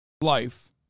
life